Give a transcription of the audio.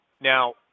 Now